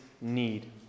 need